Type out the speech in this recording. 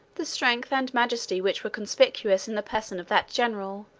the strength and majesty which were conspicuous in the person of that general,